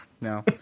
no